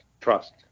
trust